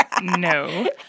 No